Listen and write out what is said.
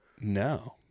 No